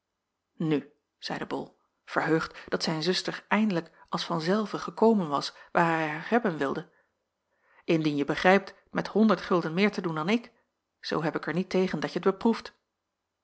nu zeide bol verheugd dat zijn zuster eindelijk als van zelve gekomen was waar hij haar hebben wilde indien je begrijpt met honderd gulden meer te doen dan ik zoo heb ik er niet tegen dat je t beproeft